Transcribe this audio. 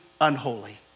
unholy